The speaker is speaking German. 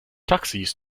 taxis